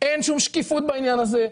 -- אין שום שקיפות בעניין הזה.